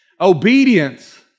Obedience